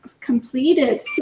completed